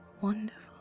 wonderful